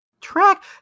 track